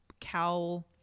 cowl